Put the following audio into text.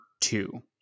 two